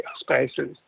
spaces